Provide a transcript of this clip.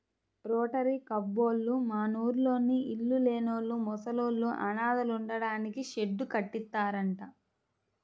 rotary కబ్బోళ్ళు మనూర్లోని ఇళ్ళు లేనోళ్ళు, ముసలోళ్ళు, అనాథలుంటానికి షెడ్డు కట్టిత్తన్నారంట